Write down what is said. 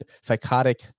psychotic